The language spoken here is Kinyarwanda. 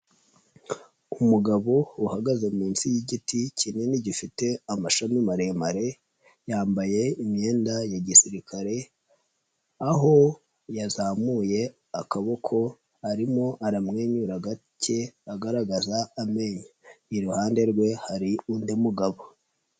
Umugabo uhagaze munsi y'igiti kinini gifite amashami maremare yambaye imyenda ya gisirikare aho yazamuye akaboko arimo aramwenyura gake agaragaza amenyo, iruhande rwe hari undi mugabo.